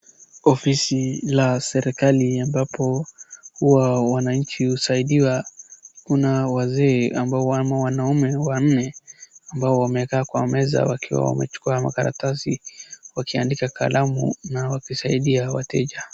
Ofisi la serikali ambapo huwa wananchi husaidiwa, kuna wazee ambao wamo wanaume wanne ambao wamekaa kwa meza wakiwa wamechukua makaratsi wakiandika kalamu na wakisaidia wateja.